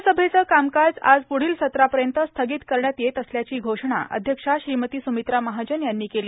लोकसभेचं कामकाज आज प्रदील सत्रापर्यंत स्थगित करण्यात येत असल्याची घोषणा अध्यक्षा श्रीमती सुमित्रा महाजन यांनी केली